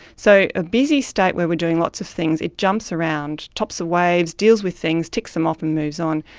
so a busy state where we are doing lots of things, it jumps around, tops the waves, deals with things, ticks them off and moves on.